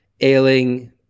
ailing